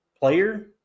player